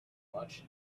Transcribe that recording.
much